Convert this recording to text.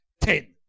ten